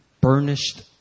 burnished